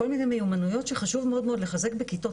כל מיני מיומנויות שחשוב מאוד מאוד לחזק בכיתות.